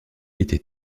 était